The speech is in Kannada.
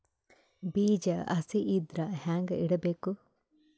ಬೀಜ ಹಸಿ ಇದ್ರ ಹ್ಯಾಂಗ್ ಇಡಬೇಕು?